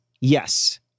Yes